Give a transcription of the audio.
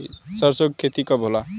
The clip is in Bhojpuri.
सरसों के खेती कब कब होला?